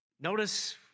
Notice